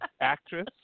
actress